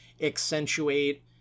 accentuate